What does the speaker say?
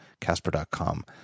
casper.com